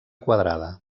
quadrada